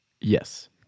Yes